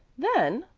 then,